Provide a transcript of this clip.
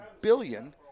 billion